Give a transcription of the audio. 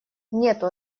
нету